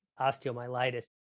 osteomyelitis